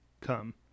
come